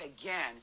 again